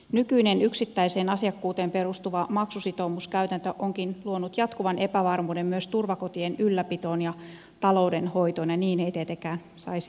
nykyinen yksittäiseen asiakkuuteen perustuva maksusitoumuskäytäntö onkin luonut jatkuvan epävarmuuden myös turvakotien ylläpitoon ja taloudenhoitoon ja niin ei tietenkään saisi olla